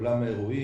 עולם האירועים,